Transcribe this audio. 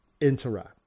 interact